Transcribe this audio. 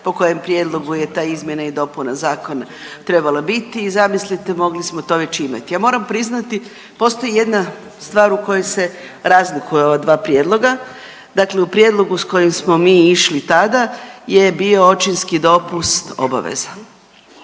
po kojem prijedlogu je ta izmjena i dopuna zakona trebala biti i zamislite, mogli smo to već imati. Ja moram priznati, postoji jedna stvar u kojoj se razlikuju ova dva prijedloga. Dakle u prijedlogu s kojim smo mi išli tada je bio očinski dopust obaveza.